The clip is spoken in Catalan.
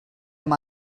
amb